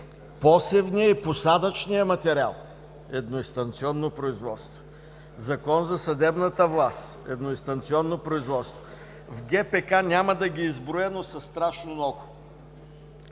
посевния и посадъчния материал – едноинстанционно производство; Закон за съдебната власт – едноинстанционно производство. В ГПК няма да ги изброя, но са страшно много